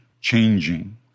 changing